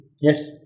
Yes